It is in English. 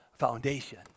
foundation